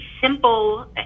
simple